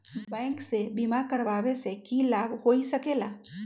Bank से बिमा करावे से की लाभ होई सकेला?